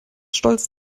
stolz